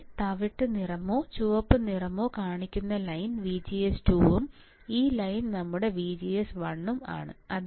ഇവിടെ തവിട്ട് നിറമോ ചുവപ്പ് നിറമോ കാണിക്കുന്ന ലൈൻ VGS2 ഉം ഈ ലൈൻ നമ്മുടെ VGS1 ഉം ആണ്